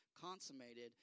consummated